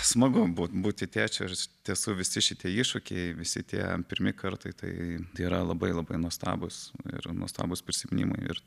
smagu būt būti tėčiu ir iš tiesų visi šitie iššūkiai visi tie pirmi kartai tai yra labai labai nuostabūs ir nuostabūs prisiminimai ir